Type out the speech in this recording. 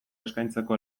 eskaintzeko